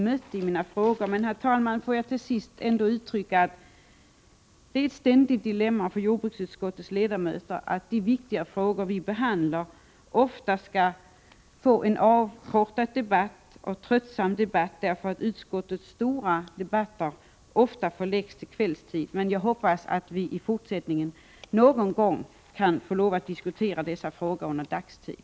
Låt mig till sist säga, herr talman, att det är ett ständigt dilemma för jordbruksutskottets ledamöter att utskottets stora debatter om viktiga frågor ofta blir avkortade och tröttsamma, när de förläggs till kvällstid. Jag hoppas att vi i fortsättningen någon gång kan få lov att diskutera dessa frågor under dagtid.